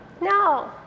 No